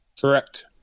correct